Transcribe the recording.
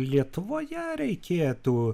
lietuvoje reikėtų